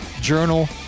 journal